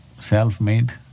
self-made